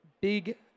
big